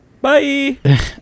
Bye